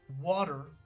Water